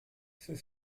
für